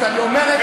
הפסד.